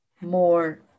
more